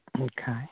Okay